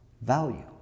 Value